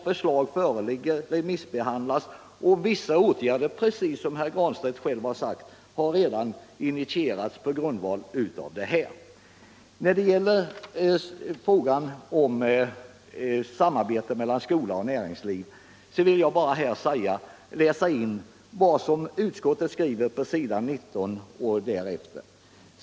Förslag föreligger och remissbehandlas, och åtgärder har redan —- precis som herr Granstedt själv sade — initierats på grundval av förslagen. När det gäller frågan om samarbete mellan skola och näringsliv vill jag bara läsa in i protokollet vad utskottet skriver på s. 19 och 20 i betänkandet: .